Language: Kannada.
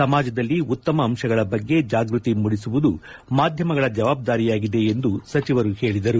ಸಮಾಜದಲ್ಲಿ ಉತ್ತಮ ಅಂಶಗಳ ಬಗ್ಗೆ ಜಾಗೃತಿ ಮೂಡಿಸುವುದು ಮಾಧ್ಯಮಗಳ ಜವಾಬ್ದಾರಿಯಾಗಿದೆ ಎಂದು ಸಚಿವರು ಹೇಳಿದರು